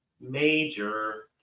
major